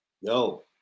yo